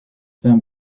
peint